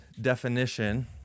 definition